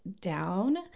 down